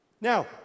now